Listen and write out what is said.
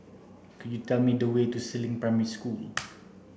could you tell me the way to Si Ling Primary School